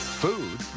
Food